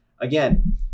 again